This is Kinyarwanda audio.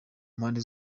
mpande